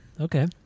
Okay